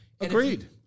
Agreed